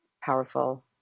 powerful